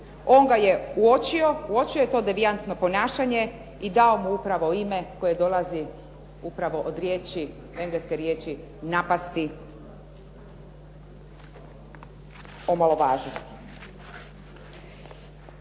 On ga je uočio, uočio je to devijantno ponašanje i dao mu upravo ime koje dolazi upravo od riječi, engleske riječi napasti, omalovažiti.